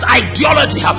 ideology